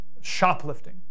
shoplifting